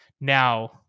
Now